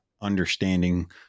understanding